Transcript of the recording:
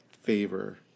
favor